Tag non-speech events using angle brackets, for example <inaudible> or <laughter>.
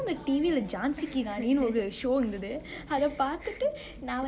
<laughs>